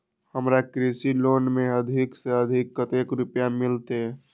हमरा कृषि लोन में अधिक से अधिक कतेक रुपया मिलते?